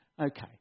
Okay